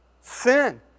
Sin